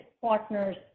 partners